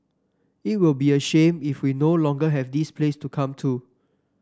it'll be a shame if we no longer have this place to come to